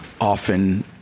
often